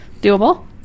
doable